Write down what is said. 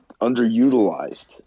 underutilized